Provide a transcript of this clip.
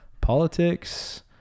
politics